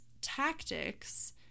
tactics